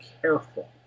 careful